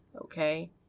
Okay